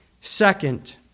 Second